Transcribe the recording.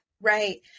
Right